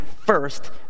first